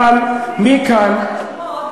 אבל מכאן,